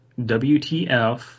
WTF